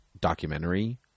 documentary